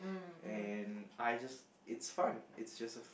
and I just it's fun it's just a